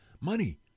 money